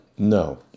No